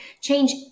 change